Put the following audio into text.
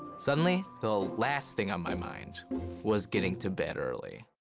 suddenly, the last thing on my mind was getting to bed early.